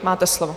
Máte slovo.